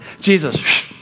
Jesus